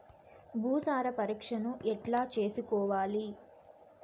భూసార పరీక్షను ఎట్లా చేసుకోవాలి?